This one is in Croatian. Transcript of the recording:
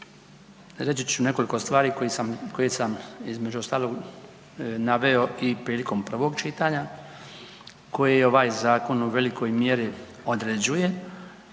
Reći ću nekoliko stvari koje sam, koje sam između ostalog naveo i prilikom prvog čitanja koji ovaj zakon u velikoj mjeri određuje